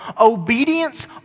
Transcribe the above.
obedience